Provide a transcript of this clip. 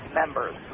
members